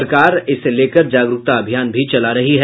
सरकार इसको लेकर जागरूकता अभियान भी चला रही है